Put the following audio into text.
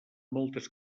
moltes